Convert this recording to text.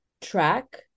track